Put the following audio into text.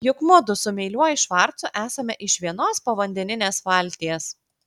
juk mudu su meiliuoju švarcu esame iš vienos povandeninės valties